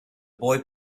boy